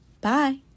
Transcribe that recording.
Bye